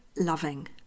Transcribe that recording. loving